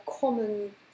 common